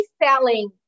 reselling